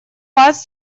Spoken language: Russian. вас